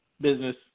business